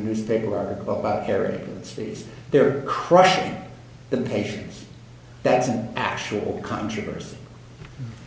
newspaper article about harry and stays there crushing the patients that's an actual controversy